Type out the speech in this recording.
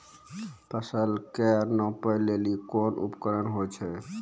फसल कऽ नापै लेली कोन उपकरण होय छै?